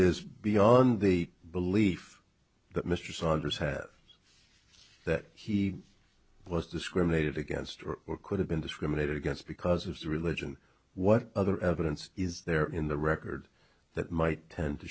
is beyond the belief that mr saunders have that he was discriminated against or could have been discriminated against because of the religion what other evidence is there in the record that might tend to